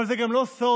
אבל זה גם לא סוד